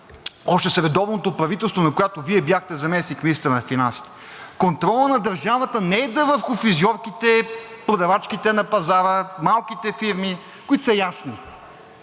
още с редовното правителство, на която Вие бяхте заместник-министър на финансите? Контролът на държавата не е върху фризьорките, продавачките на пазара, малките фирми, които са ясни,